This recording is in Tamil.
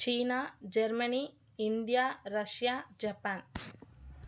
China Germany India Russia Japan